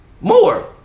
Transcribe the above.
More